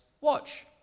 watch